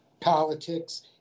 Politics